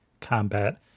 combat